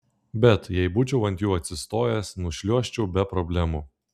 bet jei būčiau ant jų atsistojęs nušliuožčiau be problemų